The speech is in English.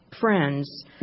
friends